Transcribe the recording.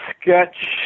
sketch